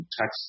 tax